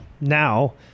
Now